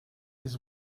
his